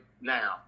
now